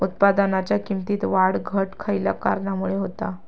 उत्पादनाच्या किमतीत वाढ घट खयल्या कारणामुळे होता?